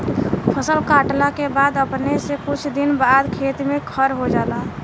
फसल काटला के बाद अपने से कुछ दिन बाद खेत में खर हो जाला